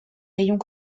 rayons